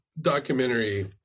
documentary